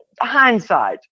hindsight